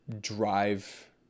drive